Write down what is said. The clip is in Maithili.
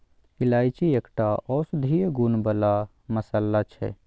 इलायची एकटा औषधीय गुण बला मसल्ला छै